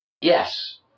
Yes